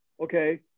okay